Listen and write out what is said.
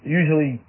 usually